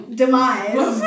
demise